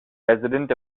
resident